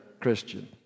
Christian